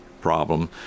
problem